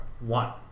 One